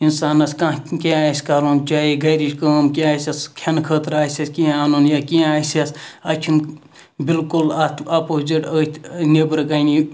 اِنسانَس کانٛہہ کینٛہہ آسہِ کَرُن چاہے گَرِچ کٲم کینٛہہ آسیٚس کھیٚنہٕ خٲطرٕ آسیٚس کینٛہہ اَنُن یا کینٛہہ آسیٚس اَتہِ چھُنہٕ بِلکُل اَتھ اَپوزِٹ أتھۍ نیٚبرٕ کَنہِ